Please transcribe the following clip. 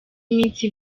iminsi